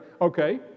Okay